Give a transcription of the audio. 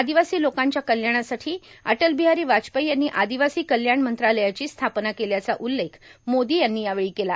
आदिवासी लोकांच्या कल्याणासाठी अटल बिहारी वाजपेयी यांनी आदिवासी कल्याण मंत्रालयाची स्थापना केल्याचा उल्लेख मोदी यांनी यावेळी केला